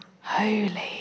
holy